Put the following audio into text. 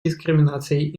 дискриминацией